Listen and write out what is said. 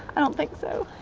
i don't think so.